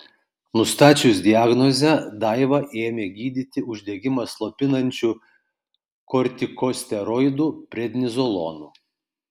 nustačius diagnozę daivą ėmė gydyti uždegimą slopinančiu kortikosteroidu prednizolonu